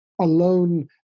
alone